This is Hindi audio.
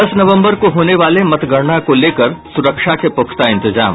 दस नवंबर को होने वाले मतगणना को लेकर सुरक्षा के पुख्ता इंतजाम